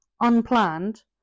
unplanned